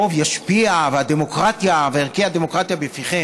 הרוב ישפיע והדמוקרטיה וערכי הדמוקרטיה בפיכם,